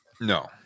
No